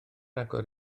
agor